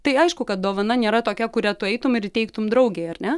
tai aišku kad dovana nėra tokia kurią tu eitum ir įteiktum draugei ar ne